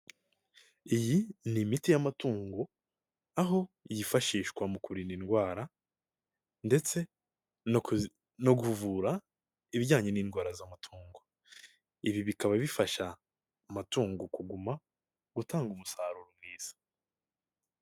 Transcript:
Iyi ni imiti y'amatungo, aho yifashishwa mu kurinda indwara ndetse no kuvura ibijyanye n'indwara z'amatungo. Ibi bikaba bifasha amatungo kuguma gutanga umusaruro mwiza.